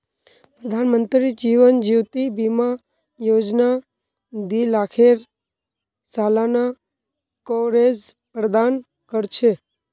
प्रधानमंत्री जीवन ज्योति बीमा योजना दी लाखेर सालाना कवरेज प्रदान कर छे